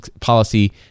policy